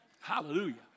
Hallelujah